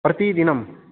प्रतिदिनं